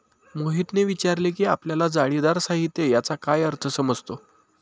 मोहितने विचारले की आपल्याला जाळीदार साहित्य याचा काय अर्थ समजतो?